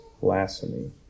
blasphemy